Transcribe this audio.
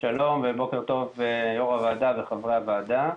שלום ובוקר טוב יושב-ראש הוועדה וחבריי הוועדה.